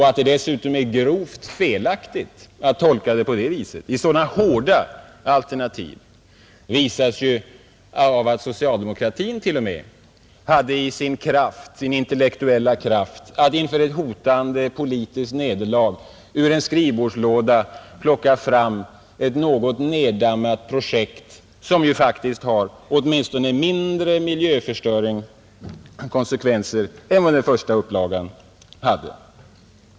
Att det dessutom är grovt felaktigt att tolka den i så hårda alternativ visas ju av att t.o.m. socialdemokratin i sin intellektuella kraft hade, inför ett hotande politiskt nederlag, ur en skrivbordslåda plockat fram ett något nerdammat projekt, som faktiskt har mindre miljöförstöringskonsekvenser än vad den första upplagan hade.